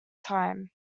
time